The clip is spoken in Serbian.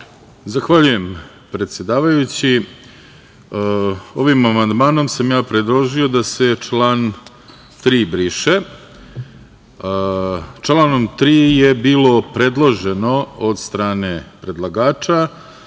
Zahvaljujem, predsedavajući. Ovim amandmanom sam ja predložio da se član 3. briše. Članom 3. je bilo predloženo od strane predlagača